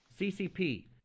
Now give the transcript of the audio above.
CCP